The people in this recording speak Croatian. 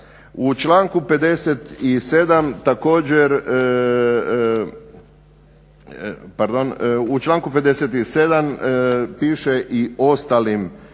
u članku 57. piše i ostalim,